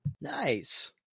Nice